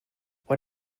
what